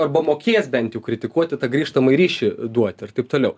arba mokės bent jau kritikuoti tą grįžtamąjį ryšį duot ir taip toliau